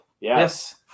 Yes